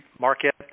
market